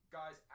guys